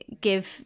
give